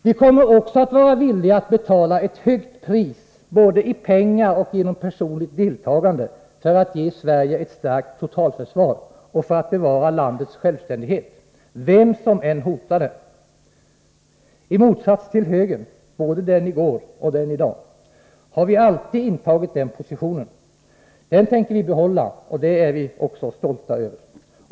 Vi kommer också att vara villiga att betala ett högt pris både i pengar och genom personligt deltagande för att ge Sverige ett starkt totalförsvar och för att bevara landets självständighet, vem som än hotar denna. I motsats till högern, både den i går och den i dag, har vi alltid intagit den positionen. Den tänker vi behålla, och den är vi stolta över.